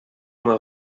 uma